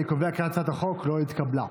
אני קובע כי הצעת החוק לא התקבלה.